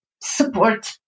support